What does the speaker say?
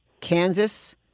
kansas